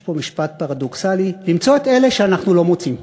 יש פה משפט פרדוקסלי: למצוא את אלה שאנחנו לא מוצאים.